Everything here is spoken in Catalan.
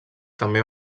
també